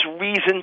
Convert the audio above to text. reason